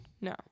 No